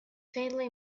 faintly